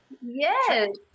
yes